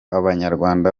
abanyarwanda